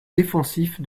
défensif